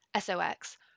SOX